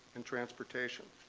and transportation.